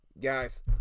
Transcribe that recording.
guys